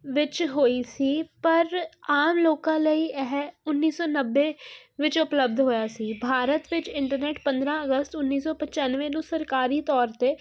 ਵਿੱਚ ਹੋਈ ਸੀ ਪਰ ਆਮ ਲੋਕਾਂ ਲਈ ਇਹ ਉੱਨੀ ਸੌ ਨੱਬੇ ਵਿੱਚ ਉਪਲੱਬਧ ਹੋਇਆ ਸੀ ਭਾਰਤ ਵਿੱਚ ਇੰਟਰਨੈਟ ਪੰਦਰਾਂ ਅਗਸਤ ਉੱਨੀ ਸੌ ਪਚਾਨਵੇਂ ਨੂੰ ਸਰਕਾਰੀ ਤੌਰ 'ਤੇ